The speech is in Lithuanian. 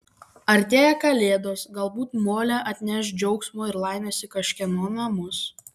artėja kalėdos galbūt molė atneš džiaugsmo ir laimės į kažkieno namus